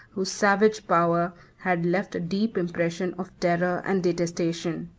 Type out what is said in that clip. whose savage power had left a deep impression of terror and detestation